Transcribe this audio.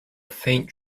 faint